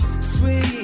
Sweet